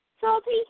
Salty